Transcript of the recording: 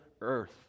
earth